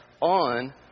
on